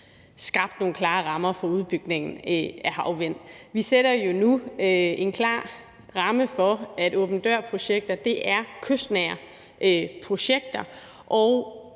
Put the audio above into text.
skabt nogle klare rammer for udbygningen af havvind. Vi sætter jo nu en klar ramme for, at åben dør-projekter er kystnære projekter,